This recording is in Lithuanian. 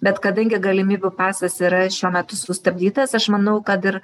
bet kadangi galimybių pasas yra šiuo metu sustabdytas aš manau kad ir